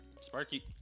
Sparky